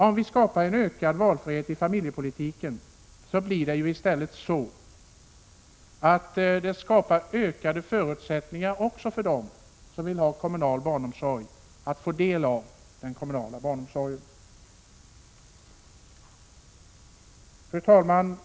Om vi skapar en ökad valfrihet i familjepolitiken skapar det ökade förutsättningar också för dem som vill ha kommunal barnomsorg att få del av denna. Fru talman!